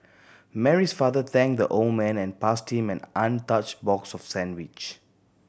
Mary's father thanked the old man and passed him an untouched box of sandwich